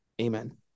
Amen